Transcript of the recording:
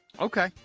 Okay